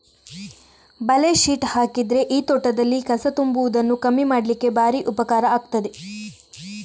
ಬಲೆ ಶೀಟ್ ಹಾಕಿದ್ರೆ ಈ ತೋಟದಲ್ಲಿ ಕಸ ತುಂಬುವುದನ್ನ ಕಮ್ಮಿ ಮಾಡ್ಲಿಕ್ಕೆ ಭಾರಿ ಉಪಕಾರ ಆಗ್ತದೆ